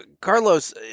Carlos